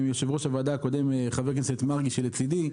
יושב-ראש הוועדה הקודם חבר הכנסת מרגי שלצדי,